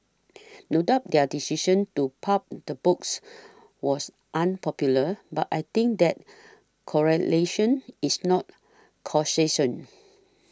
no doubt their decision to pulp the books was unpopular but I think that correlation is not causation